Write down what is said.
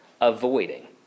avoiding